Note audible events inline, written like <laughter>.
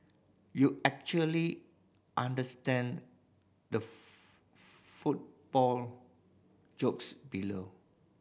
you actually understand the <unintelligible> football jokes below